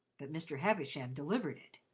but mr. havisham delivered it.